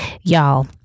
Y'all